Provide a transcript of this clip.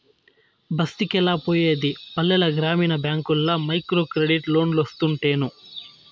బస్తికెలా పోయేది పల్లెల గ్రామీణ బ్యాంకుల్ల మైక్రోక్రెడిట్ లోన్లోస్తుంటేను